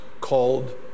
called